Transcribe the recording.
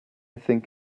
think